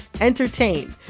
entertain